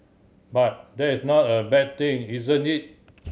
but that's not a bad thing isn't it